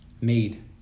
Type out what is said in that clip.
made